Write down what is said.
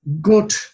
good